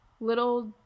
little